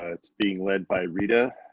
ah it's being led by rita